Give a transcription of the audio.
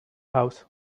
house